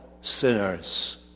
sinners